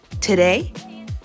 today